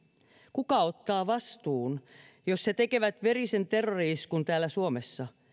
kuka ottaa vastuun jos he tekevät verisen terrori iskun täällä suomessa